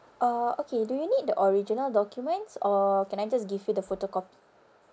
uh okay do you need the original documents or can I just give you the photocopy